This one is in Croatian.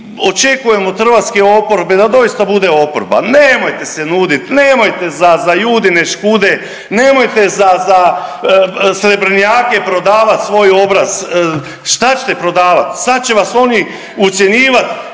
očekujem od hrvatske oporbe da doista bude oporba. Nemojte se nuditi, nemojte za Judine škude, nemojte za srebrnjake prodavati svoj obraz. Šta ćete prodavat? Sad će vas oni ucjenjivati.